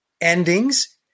endings